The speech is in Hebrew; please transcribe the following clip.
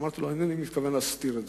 אמרתי לו: אינני מתכוון להסתיר אותו,